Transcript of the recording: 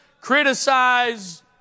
criticize